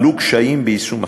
עלו קשיים ביישום החוק.